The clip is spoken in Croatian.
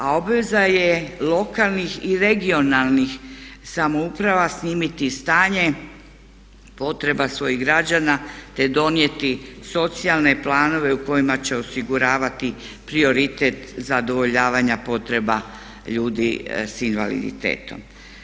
A obveza je lokalnih i regionalnih samouprava snimiti stanje potreba svojih građana te donijeti socijalne planove u kojima će osiguravati prioritet zadovoljavanja potreba ljudi s invaliditetom.